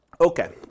Okay